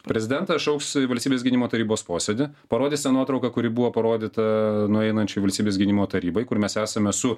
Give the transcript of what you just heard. prezidentas šauks valstybės gynimo tarybos posėdį parodys ten nuotrauką kuri buvo parodyta nueinančiai valstybės gynimo tarybai kur mes esame su